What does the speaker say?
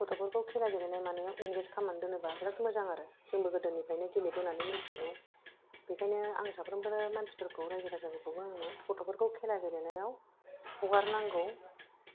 गथ'फोरखौ खेला गेलेनाय मानायाव इंगेज खालामनानै दोनोबा बिरात मोजां आरो जोंबो गोदोनिफ्रायनो गेलेबोनानै मिथिगौ बिखायनो आं साफ्रोमबो मानसिफोरखौ रायजो राजा फोरखौबो आङो गथ'फोरखौ खेला गेलेनायाव हगारनांगौ